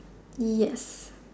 yes